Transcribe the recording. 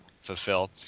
fulfill